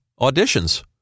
auditions